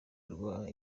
rwa